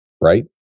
right